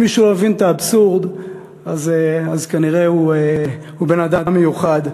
אם מישהו הבין את האבסורד כנראה הוא בן-אדם מיוחד.